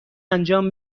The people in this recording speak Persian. انجام